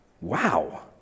Wow